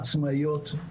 עצמאיות,